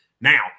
Now